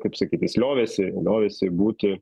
kaip sakyt jis liovėsi liovėsi būti